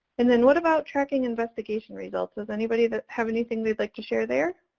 and then what about tracking investigation results? does anybody that have anything they'd like to share there?